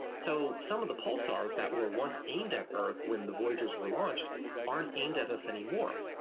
so some of the pulsars that were once aimed at earth when the voyagers were launched aren't aimed at us anymore.